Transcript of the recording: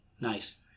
Nice